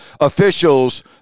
officials